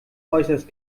äußerst